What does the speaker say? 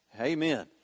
Amen